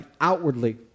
outwardly